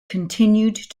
continued